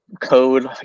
code